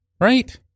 right